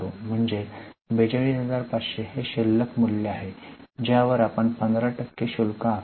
म्हणजे 42500 हे शिल्लक मूल्य आहे ज्यावर आपण 15 टक्के शुल्क आकारू